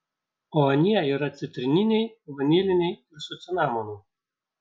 o anie yra citrininiai vaniliniai ir su cinamonu